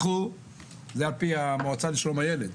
זה על פי המועצה לשלום הילד.